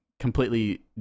completely